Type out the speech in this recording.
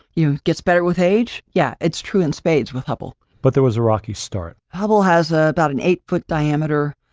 you know gets better with age. yeah, it's true in spades with hubble. but there was a rocky start. hubble has ah about an eight-foot diameter,